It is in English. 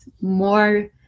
more